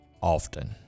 often